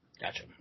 gotcha